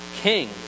king